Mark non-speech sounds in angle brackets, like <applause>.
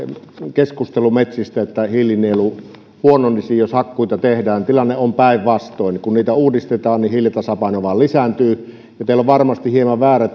keskustelu metsistä että hiilinielu huononisi jos hakkuita tehdään tilanne on päinvastoin kun niitä uudistetaan niin hiilitasapaino vain lisääntyy teillä on varmasti vähän väärä <unintelligible>